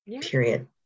period